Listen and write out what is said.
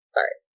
Sorry